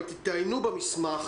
אבל תעיינו במסמך,